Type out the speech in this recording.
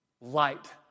Light